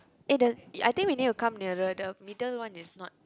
eh the I think we need to come nearer the middle one is not